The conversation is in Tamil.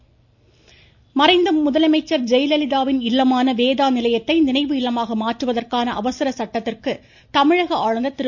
முதலமைச்சர் மறைந்த முதலமைச்சர் ஜெயலலிதாவின் இல்லமான வேதா நிலையத்தை நினைவு இல்லமாக மாற்றுவதற்கான அவசர சட்டத்திற்கு தமிழக ஆளுனர் திரு